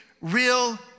real